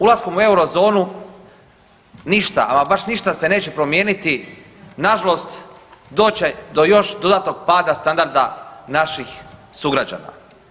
Ulaskom u Eurozonu ništa, ama baš ništa se neće promijeniti nažalost doći će do još dodatnog pada standarda naših sugrađana.